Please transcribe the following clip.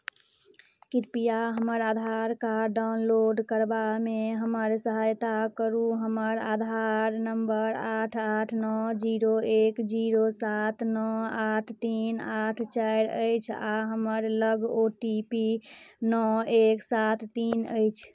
कृपया हमर Aadhaar card download करबामे हमर सहायता करू हमर आधार नम्बर आठ आठ नओ जीरो एक जीरो सात नओ आठ तीन आठ चारि अछि आ हमर लग ओ टी पी नओ एक सात तीन अछि